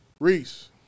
Reese